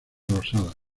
rosadas